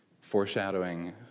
Foreshadowing